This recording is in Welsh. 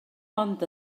ond